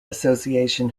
association